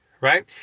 right